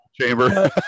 chamber